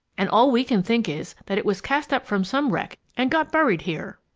and all we can think is that it was cast up from some wreck and got buried here.